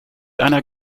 einer